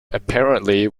apparently